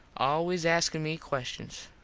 always askin me questions.